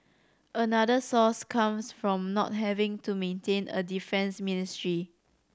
another source comes from not having to maintain a defence ministry